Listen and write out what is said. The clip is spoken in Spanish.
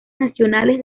nacionales